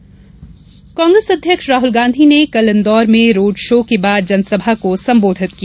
राहुल गांधी कांग्रेस अध्यक्ष राहुल गांधी ने कल इन्दौर में रोड शो के बाद जनसभा को संबोधित किया